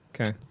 Okay